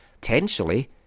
Potentially